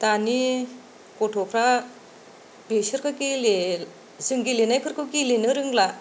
दानि गथ'फ्रा बेसोरखो गेले जों गेलेनायफोरखौ गेलेनो रोंला